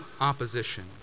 opposition